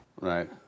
Right